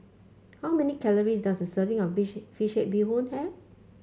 how many calories does a serving of fish head Bee Hoon have